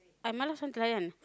I